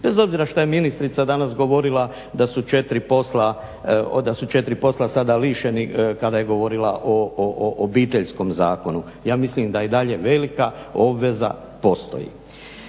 bez obzira što je ministrica danas govorila da su četiri posla sada lišeni kada je govorila o Obiteljskom zakonu, ja mislim da je i dalje velika obveza postoji.